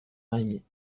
araignée